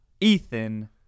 Ethan